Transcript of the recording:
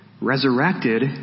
resurrected